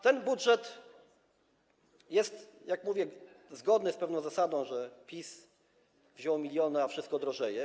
Ten budżet jest, jak mówię, zgodny z pewną zasadą, że PiS wziął miliony, a wszystko drożeje.